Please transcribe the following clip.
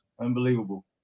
Unbelievable